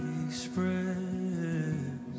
express